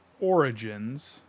Origins